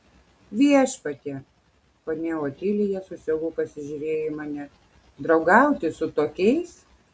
viešpatie ponia otilija su siaubu pasižiūrėjo į mane draugauti su tokiais